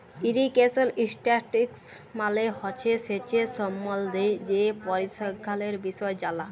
irrigation statistics মালে হছে সেঁচের সম্বল্ধে যে পরিসংখ্যালের বিষয় জালা